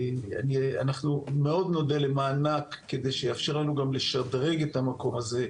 אנחנו מאוד נודה למענק כדי שיאפשר לנו גם לשדרג את המקום הזה,